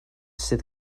sydd